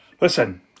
Listen